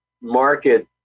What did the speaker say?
market